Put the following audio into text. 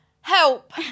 Help